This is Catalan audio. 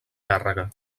càrrega